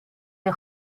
les